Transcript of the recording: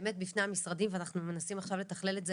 באמת בפני המשרדים ואנחנו מנסים עכשיו לתכלל את זה